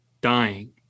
dying